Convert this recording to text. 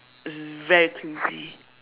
very crazy